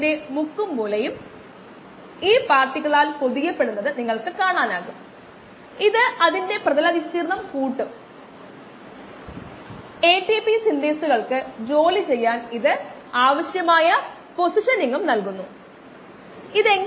5 വരെ plus T not 20 മിനിറ്റാണ്